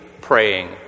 praying